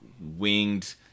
winged